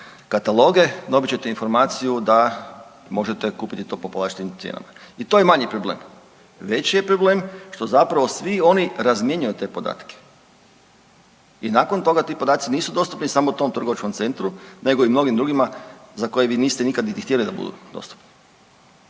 kataloge, dobit ćete informaciju da možete kupiti to po povlaštenim cijenama. I to je manji problem. Veći je problem što zapravo svi oni razmjenjuju te podatke. I nakon toga ti podaci nisu dostupni samo tom trgovačkom centru nego i mnogim drugima za koje vi niste nikada niti htjeli da budu dostupni.